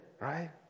right